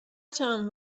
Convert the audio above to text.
چند